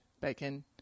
bacon